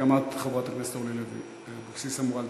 גם את, חברת הכנסת אורלי לוי אבקסיס, אמורה לדבר.